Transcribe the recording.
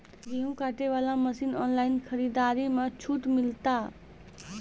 गेहूँ काटे बना मसीन ऑनलाइन खरीदारी मे छूट मिलता?